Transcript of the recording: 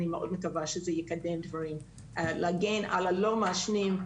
אני מאוד מקווה שזה יקדם דברים ויגן על הלא מעשנים,